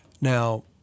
Now